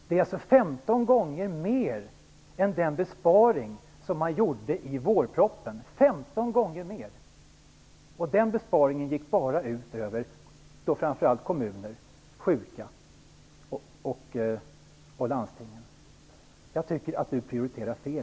Det är 15 gången mer än den besparing som gjordes i vårpropositionen. Den besparingen gick framför allt ut över kommuner, landsting och sjuka. Jag tycker att Iréne Vestlund prioriterar fel.